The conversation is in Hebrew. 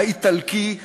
האיטלקי,